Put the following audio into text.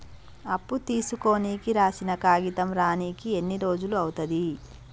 అప్పు తీసుకోనికి రాసిన కాగితం రానీకి ఎన్ని రోజులు అవుతది?